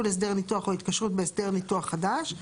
הסדר ניתוח או התקשרות בהסדר ניתוח חדש,